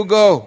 go